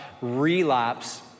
relapse